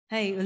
Hey